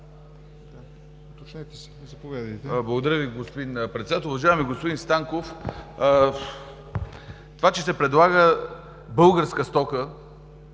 Благодаря Ви, господин Председател. Уважаеми господин Станков! Това че се предлага българска стока